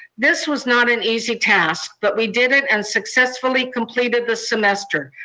this was not an easy task, but we did it and successfully completed the semester.